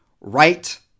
right